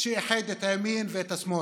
שאיחד את הימין ואת השמאל.